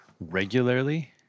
regularly